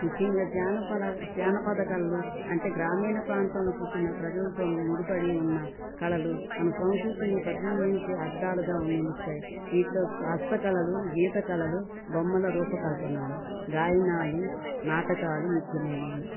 ముఖ్యంగా జానపల జానపద కళలు అంటే గ్రామీణ ప్రాంతంలో పుట్టిన ప్రజలతో ముడిపడి ఉన్న కళలు మన సంస్కృతిని ప్రతిబింబించే అర్థాలుగా నిలుస్తాయి వీటిలో హస్త కళలు గీత కళలు బొమ్మల రూపకల్పనలు గాయనాలు నాటకాలు ముఖ్యమైనవి